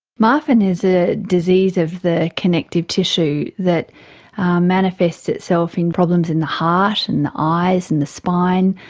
marfan is a disease of the connective tissue that manifests itself in problems in the heart, in the eyes, in the spine,